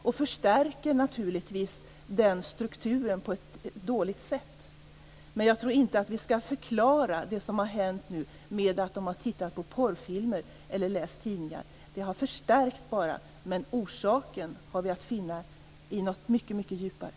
De förstärker naturligtvis den strukturen på ett dåligt sätt. Men jag tror inte att vi skall förklara det som nu har hänt med att dessa pojkar har tittat på porrfilmer eller läst tidningar. Dessa har bara bidragit till en förstärkning, men orsaken står att finna i något mycket djupare.